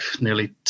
nearly